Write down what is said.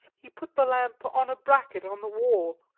he put the lamp on a bracket on the wall,